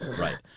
right